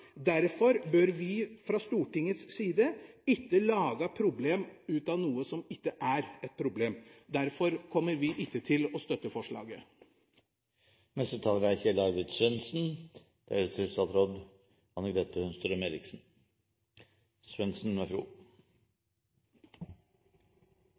bør fra Stortingets side ikke lage problem ut av noe som ikke er et problem. Derfor kommer vi ikke til å støtte forslaget.